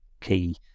key